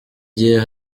gihe